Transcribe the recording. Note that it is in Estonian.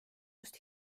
just